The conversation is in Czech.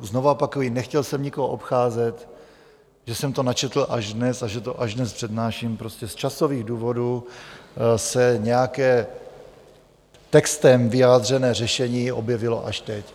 Znovu opakuji, nechtěl jsem nikoho obcházet, že jsem to načetl až dnes a že to až dnes přednáším prostě z časových důvodů se nějaké textem vyjádřené řešení objevilo až teď.